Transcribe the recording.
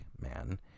man